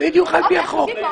בדיוק על פי החוק.